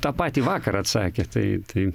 tą patį vakarą atsakė tai tai